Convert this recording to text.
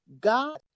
God